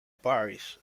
paris